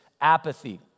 Apathy